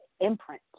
imprint